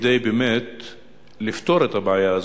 כדי לפתור את הבעיה הזאת,